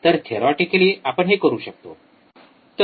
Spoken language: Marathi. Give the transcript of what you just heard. तर थेरिओटिकली आपण हे करू शकतो